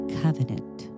covenant